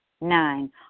Nine